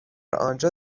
انجا